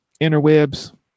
interwebs